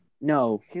No